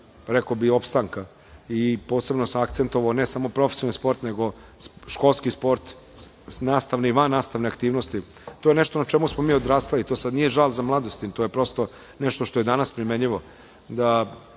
rekao bih opstanka i posebno sam akcentovao ne samo profesionalni sport, nego školski sport, nastavne i van nastavne aktivnosti. To je nešto na čemu smo mi odrastali. To sad nije žal za mladosti, to je prosto nešto što je danas primenjivo,